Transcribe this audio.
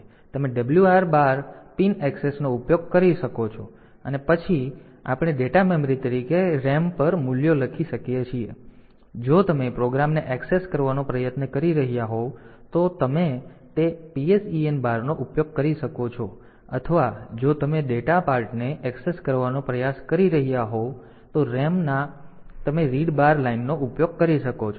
તેથી તમે WR bar pin એક્સેસનો ઉપયોગ કરી શકો છો અને પછી આપણે ડેટા મેમરી તરીકે RAM પર મૂલ્યો લખી શકીએ છીએ અને જો તમે પ્રોગ્રામને એક્સેસ કરવાનો પ્રયાસ કરી રહ્યાં હોવ તો તમે તે PSEN બારનો ઉપયોગ કરી શકો છો અથવા જો તમે ડેટા પાર્ટને એક્સેસ કરવાનો પ્રયાસ કરી રહ્યાં હોવ તો RAM ના પછી તમે રીડ બાર લાઇનનો ઉપયોગ કરી શકો છો